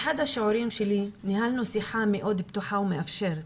באחד השיעורים שלי ניהלנו שיחה מאוד פתוחה ומאפשרת,